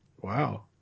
Wow